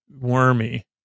wormy